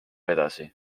edasi